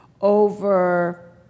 over